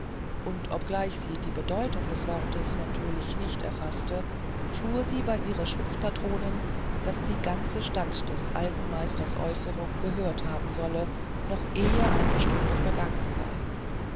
und obgleich sie die bedeutung des wortes natürlich nicht erfaßte schwur sie bei ihrer schutzpatronin daß die ganze stadt des alten meisters aeußerung gehört haben solle noch ehe eine stunde vergangen sei